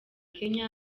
kenya